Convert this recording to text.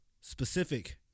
Specific